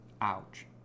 Ouch